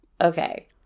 okay